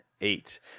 Eight